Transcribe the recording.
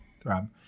Throb